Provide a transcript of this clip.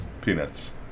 Peanuts